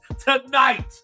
Tonight